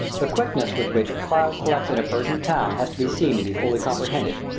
the quickness with which a crowd collects in a persian town has to be seen to be fully comprehended.